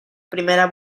primera